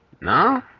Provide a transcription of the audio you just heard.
No